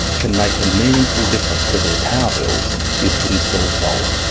can make a meaningful difference to their power bills is to install solar.